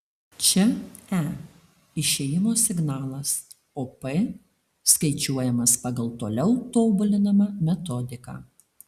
čia e išėjimo signalas o p skaičiuojamas pagal toliau tobulinamą metodiką